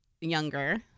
younger